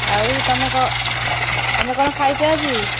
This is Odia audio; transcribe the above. ଆଉ ତୁମେ କ'ଣ ତମେ କ'ଣ ଖାଇଛ ଆଜି